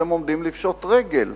אתם עומדים לפשוט רגל.